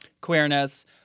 queerness